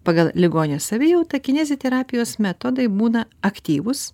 pagal ligonio savijautą kineziterapijos metodai būna aktyvūs